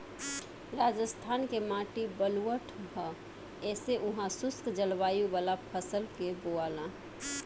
राजस्थान के माटी बलुअठ ह ऐसे उहा शुष्क जलवायु वाला फसल के बोआला